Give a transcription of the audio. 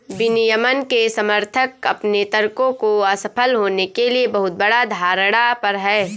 विनियमन के समर्थक अपने तर्कों को असफल होने के लिए बहुत बड़ा धारणा पर हैं